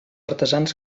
artesans